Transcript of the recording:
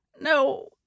No